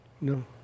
No